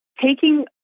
taking